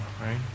right